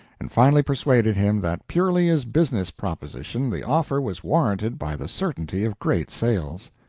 and finally persuaded him that purely as business proposition the offer was warranted by the certainty of great sales.